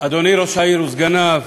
אדוני ראש העיר וסגניו,